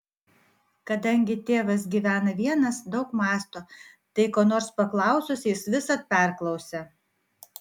kadangi tėvas gyvena vienas daug mąsto tai ko nors paklausus jis visad perklausia